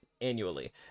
annually